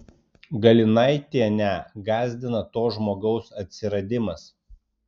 galinaitienę gąsdina to žmogaus atsiradimas